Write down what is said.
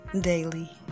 daily